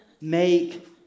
make